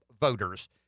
voters